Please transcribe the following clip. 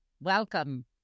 Welcome